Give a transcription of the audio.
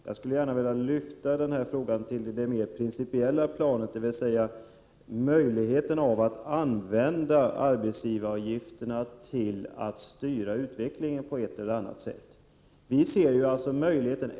Jag skulle gärna vilja lyfta frågan till det mera principiella planet, dvs. möjligheten att använda arbetsgivaravgifterna till att styra utvecklingen på ett eller annat sätt.